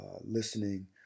listening